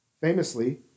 Famously